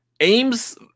AIM's